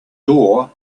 door